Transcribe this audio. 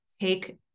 Take